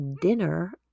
dinner